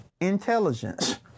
intelligence